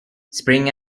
spring